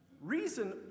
reason